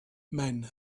men